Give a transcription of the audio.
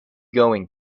going